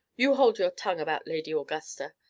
you hold your tongue about lady augusta.